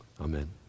Amen